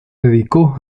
dedica